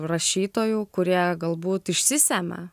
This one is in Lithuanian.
rašytojų kurie galbūt išsisemia